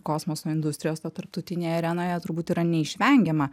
kosmoso industrijos va tarptautinėje arenoje turbūt yra neišvengiama